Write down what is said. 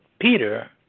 Peter